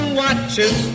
watches